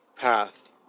path